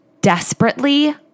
desperately